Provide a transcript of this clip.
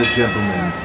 gentlemen